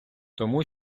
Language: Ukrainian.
тому